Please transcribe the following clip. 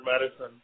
medicine